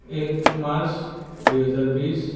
এক মাৰ্চ দুহেজাৰ বিশ